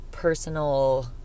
personal